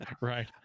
right